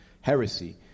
heresy